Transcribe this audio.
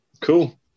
cool